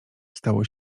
stało